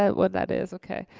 that what that is, okay?